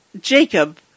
Jacob